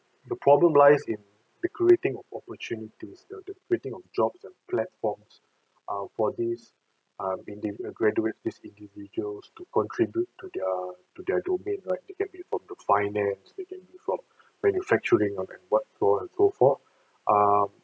the problem lies in the creating of opportunities the the creating of jobs and platforms err for these um individ~ graduate these individuals to contribute to their to their domain right they can be from finance they can be from manufacturing and so on and so forth um